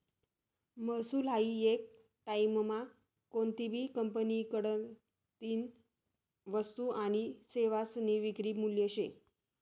महसूल हायी येक टाईममा कोनतीभी कंपनीकडतीन वस्तू आनी सेवासनी विक्री मूल्य शे